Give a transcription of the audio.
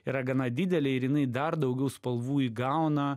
yra gana didelė ir jinai dar daugiau spalvų įgauna